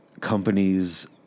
companies